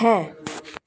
হ্যাঁ